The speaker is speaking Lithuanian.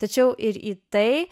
tačiau ir į tai